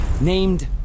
Named